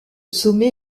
sommet